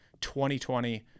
2020